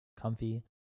comfy